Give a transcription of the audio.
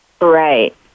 Right